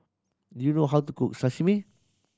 do you know how to cook Sashimi